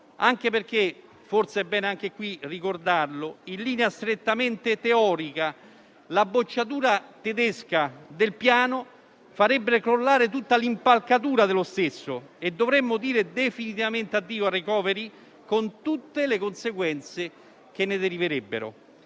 anche perché, forse è bene anche qui ricordarlo, in linea strettamente teorica la bocciatura tedesca del Piano farebbe crollare tutta l'impalcatura dello stesso e dovremmo dire definitivamente addio al *recovery* con tutte le conseguenze che ne deriverebbero.